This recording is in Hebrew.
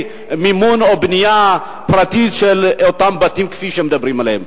מימון או בנייה פרטית של אותם בתים שמדברים עליהם.